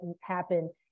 happen